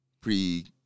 Pre